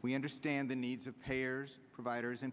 we understand the needs of payers providers and